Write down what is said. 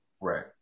Right